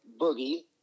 Boogie